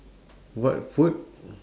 what food